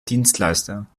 dienstleister